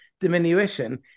diminution